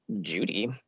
Judy